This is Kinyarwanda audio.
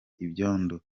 ibyondo